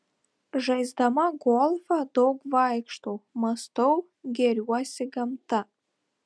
žaisdama golfą daug vaikštau mąstau gėriuosi gamta